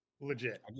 legit